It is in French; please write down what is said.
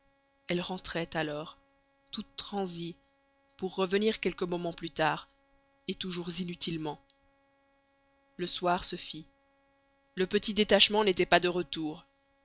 elle rentrait alors toute transie pour revenir quelques moments plus tard et toujours inutilement le soir se fit le petit détachement n'était pas de retour